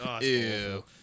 Ew